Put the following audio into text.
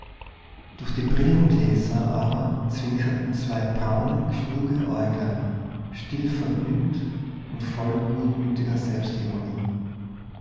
durch die brillengläser aber zwinkerten zwei braune kluge äuglein stillvergnügt und voll gutmütiger selbstironie